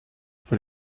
für